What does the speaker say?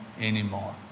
anymore